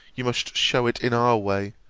you must shew it in our way,